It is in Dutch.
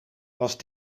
was